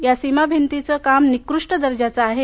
या सीमाभिंतीचं काम निकृष्ट दर्जाचं आहे